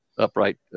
upright